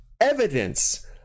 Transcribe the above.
Evidence